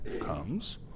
comes